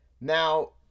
Now